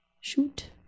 Shoot